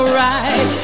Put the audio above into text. right